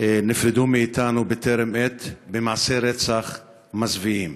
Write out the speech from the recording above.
נפרדו מאתנו בטרם עת במעשי רצח מזוויעים?